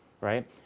right